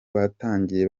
batangiye